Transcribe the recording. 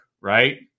right